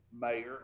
mayor